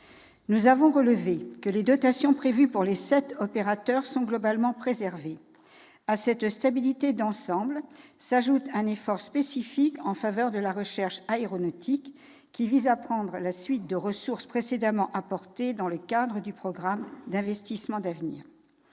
Nous avons relevé que les dotations prévues pour les sept opérateurs sont globalement préservées. À cette stabilité d'ensemble s'ajoute un effort spécifique en faveur de la recherche aéronautique, qui vise à prendre la suite de ressources précédemment apportées dans le cadre du programme d'investissements d'avenir.